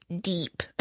deep